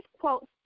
quote